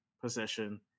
possession